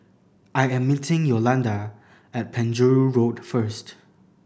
I am meeting Yolanda at Penjuru Road first